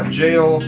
jail